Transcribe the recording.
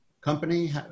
company